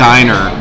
Diner